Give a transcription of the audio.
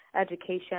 education